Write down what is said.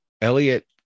Elliot